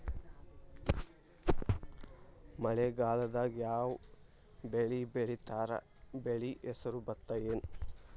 ಮಳೆಗಾಲದಾಗ್ ಯಾವ್ ಬೆಳಿ ಬೆಳಿತಾರ, ಬೆಳಿ ಹೆಸರು ಭತ್ತ ಏನ್?